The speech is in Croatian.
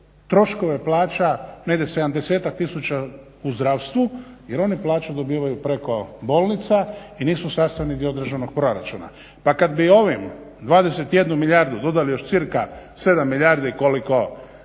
troškove plaća negdje sedamdesetak tisuća u zdravstvu, jer oni plaću dobivaju preko bolnica i nisu sastavni dio državnog proračuna. Pa kad bi ovim 21 milijardu dodali još cirka 7 milijardi koliko